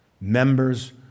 Members